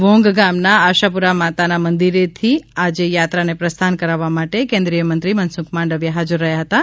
વોંઘ ગામના આશાપુરા માતાના મંદિરેથી આજે યાત્રાને પ્રસ્થાન કરાવવા માટે કેન્દ્રીયમંત્રી મનસુખ માંડવીયા હાજર રહ્યાં હતાં